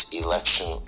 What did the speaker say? election